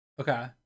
Okay